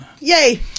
Yay